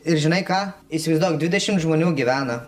ir žinai ką įsivaizduok dvidešimt žmonių gyvena